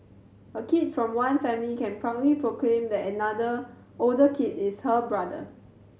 a kid from one family can proudly proclaim that another older kid is her brother